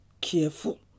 careful